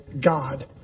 God